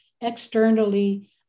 externally